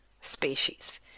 species